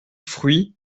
fruits